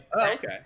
Okay